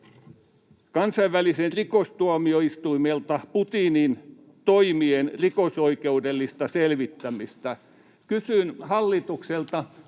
kansainväliseltä rikostuomioistuimelta Putinin toimien rikosoikeudellista selvittämistä. Kysyn hallitukselta: